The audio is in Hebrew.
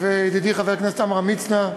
ידידי חבר הכנסת עמרם מצנע,